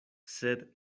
sed